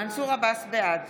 בעד